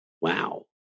Wow